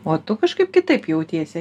o tu kažkaip kitaip jautiesi